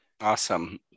Awesome